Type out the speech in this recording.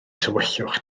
tywyllwch